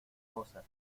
goza